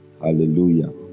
Hallelujah